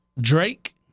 Drake